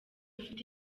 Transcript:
ufite